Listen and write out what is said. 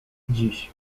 dziś